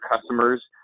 customers